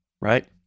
right